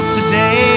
today